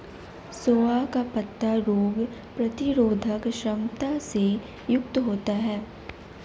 सोआ का पत्ता रोग प्रतिरोधक क्षमता से युक्त होता है